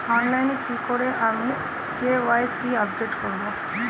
অনলাইনে কি করে আমি কে.ওয়াই.সি আপডেট করব?